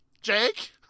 Jake